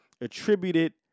attributed